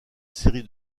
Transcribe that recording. série